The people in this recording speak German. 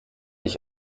ich